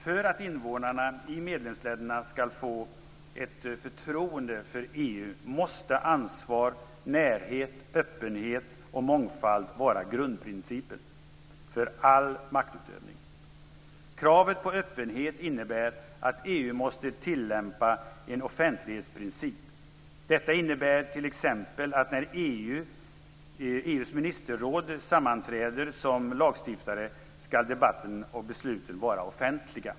För att invånarna i medlemsländerna skall få ett förtroende för EU måste ansvar, närhet, öppenhet och mångfald vara grundprincipen för all maktutövning. Kravet på öppenhet innebär att EU måste tillämpa en offentlighetsprincip. Detta innebär t.ex. att debatterna och besluten skall vara offentliga när EU:s ministerråd sammanträder som lagstiftare.